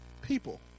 people